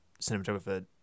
cinematographer